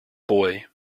boy